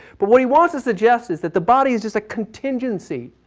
but what he wants to suggest is that the body is just a contingency.